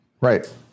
right